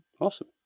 Awesome